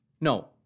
No